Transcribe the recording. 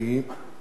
ואחריו,